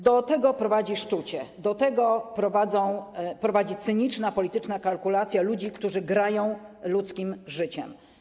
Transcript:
Do tego prowadzi szczucie, do tego prowadzi cyniczna, polityczna kalkulacja ludzi, którzy grają ludzkim życiem.